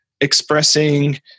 expressing